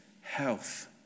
health